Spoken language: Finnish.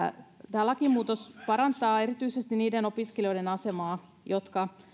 tämä lakimuutos parantaa erityisesti niiden opiskelijoiden asemaa jotka